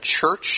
church